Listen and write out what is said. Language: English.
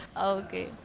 okay